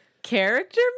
character